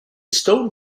stone